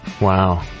Wow